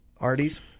Artie's